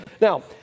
Now